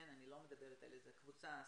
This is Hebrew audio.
אני לא מדברת על קבוצה ספציפית.